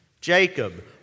Jacob